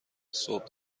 صبح